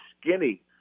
skinny